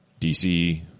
DC